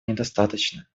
недостаточно